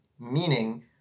meaning